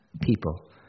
people